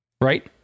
right